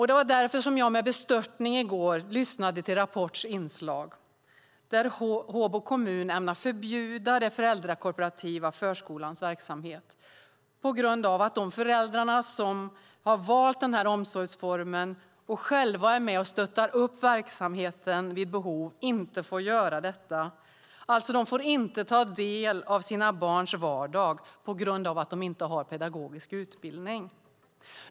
Det är därför jag i går lyssnade med bestörtning till Rapports inslag om att Håbo kommun ämnar förbjuda den föräldrakooperativa förskolans verksamhet på grund av att de föräldrar som har valt den här omsorgsformen och själva är med och stöttar upp verksamheten vid behov inte får göra detta. De får alltså inte ta del av sina barns vardag på grund av att de inte har pedagogisk utbildning.